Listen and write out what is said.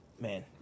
Man